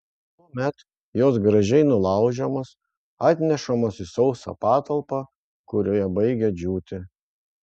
tuomet jos gražiai nulaužiamos atnešamos į sausą patalpą kurioje baigia džiūti